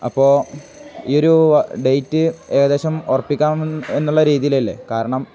അപ്പോൾ ഈ ഒരു ഡേറ്റ് ഏകദേശം ഉറപ്പിക്കാാം എന്നുള്ള രീതിയിലല്ലേ കാരണം